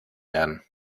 werden